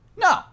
No